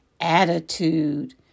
attitude